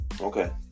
Okay